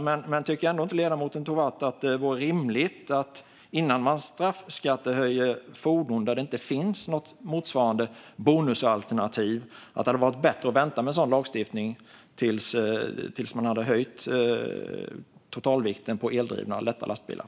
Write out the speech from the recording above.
Men innan man höjer straffskatten på fordon där det inte finns något motsvarande bonusalternativ vill jag fråga ledamoten Tovatt om inte han tycker att det hade varit bättre att vänta med sådan lagstiftning tills man hade höjt totalvikten på eldrivna lätta lastbilar.